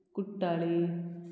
कुट्टाळें